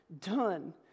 done